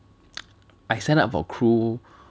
I sign up for crew